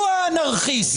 הוא האנרכיסט.